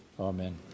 amen